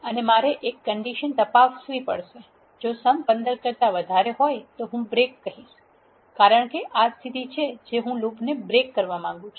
અને મારે એક કન્ડિશન તપાસવી પડશે જો સમ 15 કરતા વધારે હોય તો હું બ્રેક કહીશ કારણ કે આ તે સ્થિતિ છે જે હું લૂપને બ્રેક કરવા માંગુ છું